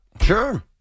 Sure